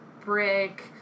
brick